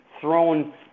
thrown